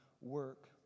work